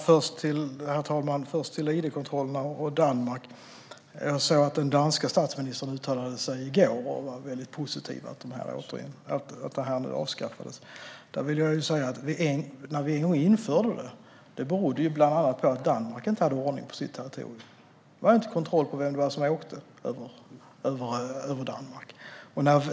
Herr talman! När det gäller id-kontrollerna och Danmark såg jag att den danska statsministern uttalade sig i går och var mycket positiv till att de nu avskaffas. Att vi en gång införde kontrollerna berodde bland annat på att Danmark inte hade ordning på sitt territorium. De hade inte kontroll på vem som åkte genom Danmark.